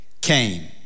came